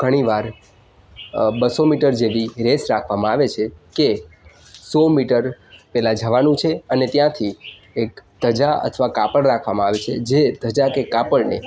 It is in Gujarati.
ઘણી વાર બસો મીટર જેવી રેસ રાખવામાં આવે છે કે સો મીટર પહેલાં જવાનું છે અને ત્યાંથી એક ધજા અથવા કાપડ રાખવામાં આવે છે જે ધજા કે કાપડને